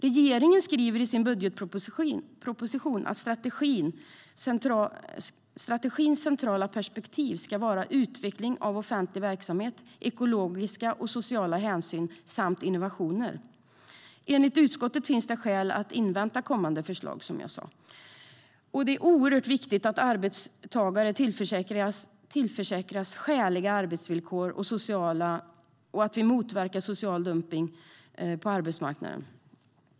Regeringen skriver i sin budgetproposition att strategins centrala perspektiv ska vara utveckling av offentlig verksamhet, ekologiska och sociala hänsyn samt innovationer. Enligt utskottet finns det skäl att invänta kommande förslag, som jag sa. Det är oerhört viktigt att arbetstagare tillförsäkras skäliga arbetsvillkor och att vi motverkar social dumpning på arbetsmarknaden.